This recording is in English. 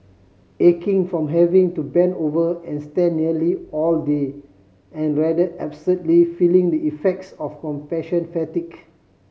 aching from having to bend over and stand nearly all day and rather absurdly feeling the effects of compassion fatigue